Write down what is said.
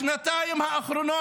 בשנתיים האחרונות,